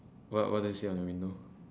what what does it say on your window